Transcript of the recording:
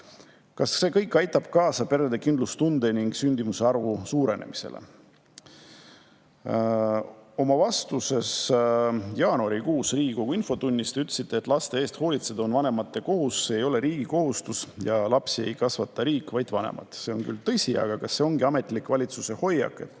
kõik see – aitavad kaasa perede kindlustunde ning sündimuse arvu suurenemisele? Jaanuarikuus ütlesite te Riigikogu infotunnis oma vastuses, et laste eest hoolitseda on vanemate kohus, see ei ole riigi kohustus, lapsi ei kasvata riik, vaid vanemad. See on küll tõsi, aga kas see ongi ametlik valitsuse hoiak,